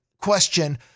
question